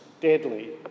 deadly